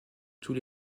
tous